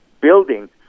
building